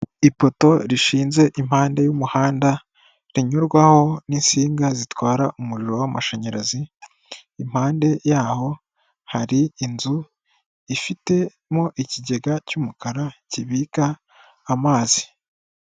Ipoto rishinze impande y'umuhanda, rinyurwaho n'insinga zitwara umuriro w'amashanyarazi, impande yaho hari inzu ifitemo ikigega cy'umukara kibika amazi.